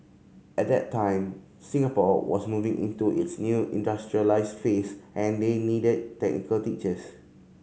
at that time Singapore was moving into its new industrialised phase and they needed technical teachers